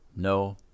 No